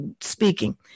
speaking